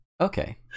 okay